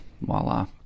voila